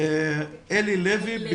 תופסים אותי ברכב.